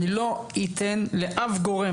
אני לא ייתן לאף גורם,